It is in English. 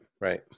right